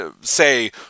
say